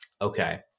Okay